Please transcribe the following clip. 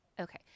Okay